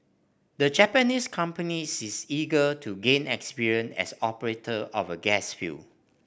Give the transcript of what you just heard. the Japanese company is eager to gain experience as operator of a gas field